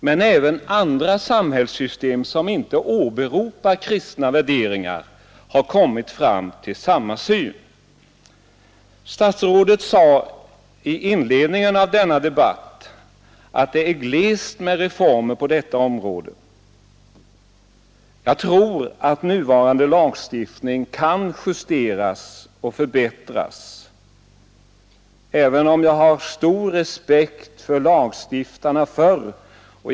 Men även andra samhällssystem, som inte åberopar kristna värderingar, har kommit fram till samma syn. Statsrådet sade i inledningen av debatten att det är glest med reformer på detta område. Jag tror att nuvarande lagstiftning kan justeras och förbättras, även om jag har stor respekt för lagstiftarna förr i tiden.